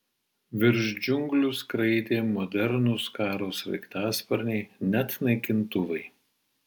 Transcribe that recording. virš džiunglių skraidė modernūs karo sraigtasparniai net naikintuvai